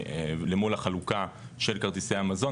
למול החלוקה של כרטיסי המזון,